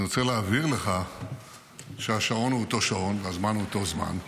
אני רוצה להבהיר לך שהשעון הוא אותו שעון והזמן הוא אותו זמן.